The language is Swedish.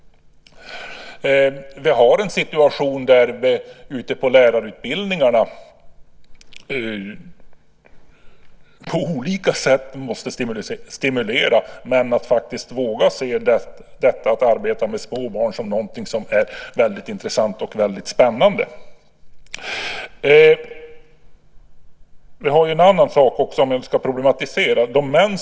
Vi måste på olika sätt stimulera män ute på lärarutbildningarna att våga se detta att arbeta med små barn som någonting väldigt intressant och spännande. Det finns en annan sak också, om jag nu ska problematisera.